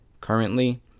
currently